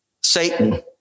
Satan